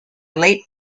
late